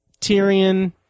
Tyrion